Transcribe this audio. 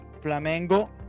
Flamengo